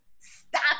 Stop